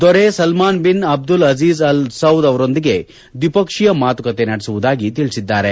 ದೊರೆ Salman bin Abdul Aziz al Saud ಅವರೊಂದಿಗೆ ದ್ವಿಪಕ್ಷೀಯ ಮಾತುಕತೆ ನಡೆಸುವುದಾಗಿ ತಿಳಿಸಿದ್ದಾರೆ